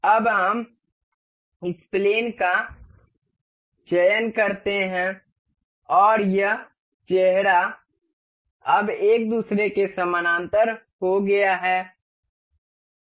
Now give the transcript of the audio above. अब हम इस प्लेन का चयन करते हैं और यह चेहरा अब एक दूसरे के समानांतर हो गया है